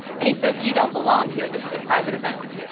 and he says, you don't belong here, this is a private event.